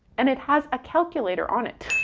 and it has a calculator on it.